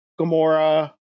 Gamora